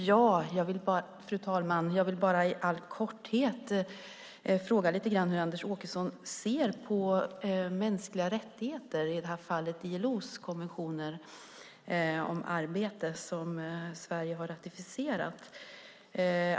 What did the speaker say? Fru talman! Jag vill i all korthet fråga lite grann hur Anders Åkesson ser på mänskliga rättigheter, i det här fallet ILO:s konvention om arbete, som Sverige har ratificerat.